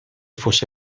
fosse